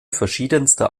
verschiedenster